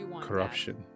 corruption